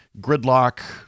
gridlock